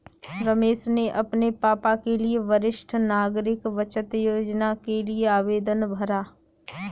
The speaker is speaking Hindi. रमेश ने अपने पापा के लिए वरिष्ठ नागरिक बचत योजना के लिए आवेदन भरा